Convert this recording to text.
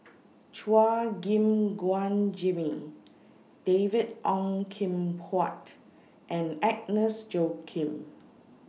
Chua Gim Guan Jimmy David Ong Kim Huat and Agnes Joaquim